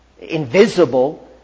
invisible